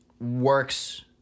works